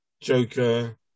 Joker